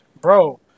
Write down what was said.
Bro